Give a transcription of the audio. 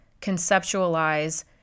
conceptualize